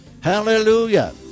Hallelujah